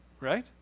right